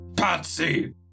Patsy